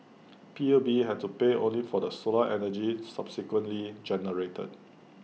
P U B had to pay only for the solar energy subsequently generated